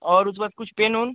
और उसके बाद कुछ पेन ओन